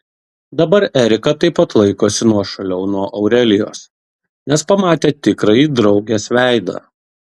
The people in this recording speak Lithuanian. dabar erika taip pat laikosi nuošaliau nuo aurelijos nes pamatė tikrąjį draugės veidą